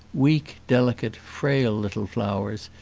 weak, delicate, frail little flowers,